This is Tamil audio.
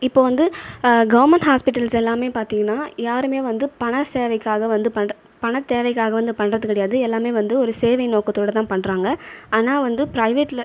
இப்போ வந்து கவர்மெண்ட் ஹாஸ்பிட்டல்ஸ் எல்லாமே பார்த்திங்கன்னா யாருமே வந்து பண சேவைக்காக வந்து பண தேவைக்காக வந்து பண்ணுறது கிடையாது எல்லாமே வந்து ஒரு சேவை நோக்கத்தோடுதான் பண்ணுறாங்க ஆனால் வந்து ப்ரைவேட்டில்